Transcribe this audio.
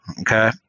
okay